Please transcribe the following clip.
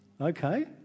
Okay